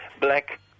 black